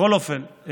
בכל אופן,